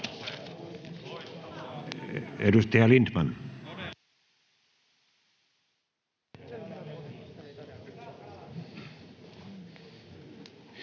Edustaja Lindtman.